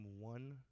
one